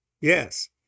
Yes